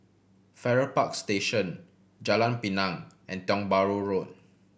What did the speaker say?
Farrer Park Station Jalan Pinang and Tiong Bahru Road